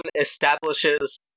establishes